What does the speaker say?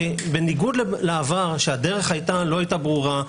בניגוד לעבר שהדרך לא הייתה ברורה.